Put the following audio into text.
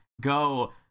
go